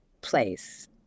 place